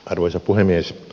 arvoisa puhemies